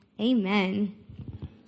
amen